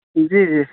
جی جی